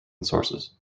sources